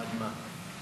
בעד מה?